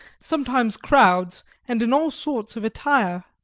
sometimes crowds, and in all sorts of attire.